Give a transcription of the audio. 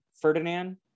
Ferdinand